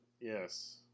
Yes